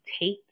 take